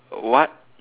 what